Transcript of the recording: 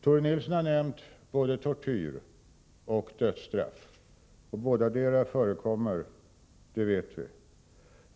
Tore Nilsson har nämnt såväl tortyr som dödsstraff. Bådadera förekommer -— det vet vi.